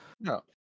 No